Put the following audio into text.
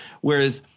Whereas